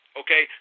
okay